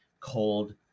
cold